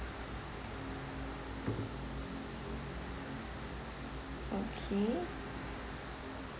okay